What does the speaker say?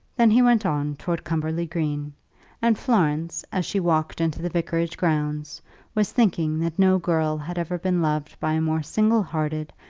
then he went on towards cumberly green and florence, as she walked into the vicarage grounds was thinking that no girl had ever been loved by a more single-hearted,